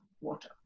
water